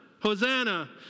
Hosanna